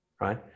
Right